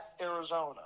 Arizona